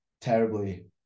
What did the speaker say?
terribly